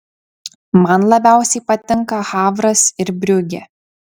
man labiausiai patinka havras ir briugė